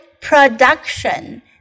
production